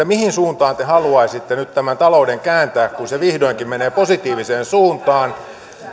mihin suuntaan te haluaisitte nyt tämän talouden kääntää kun se vihdoinkin menee positiiviseen suuntaan